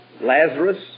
Lazarus